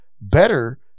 better